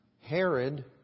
Herod